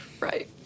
Right